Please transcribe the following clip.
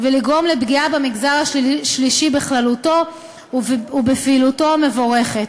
ולגרום לפגיעה במגזר השלישי בכללותו ובפעילותו המבורכת.